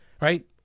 right